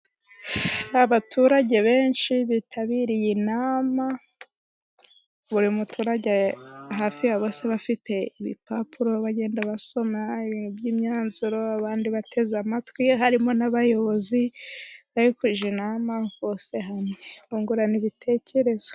Abaturage benshi bitabiriye inama, buri muturage hafi ya bose bafite ibipapuro bagenda basoma ibintu by'imyanzuro, abandi bateze amatwi harimo n'abayobozi bari kujya inama, bose hamwe bungurana ibitekerezo.